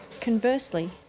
Conversely